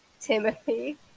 Timothy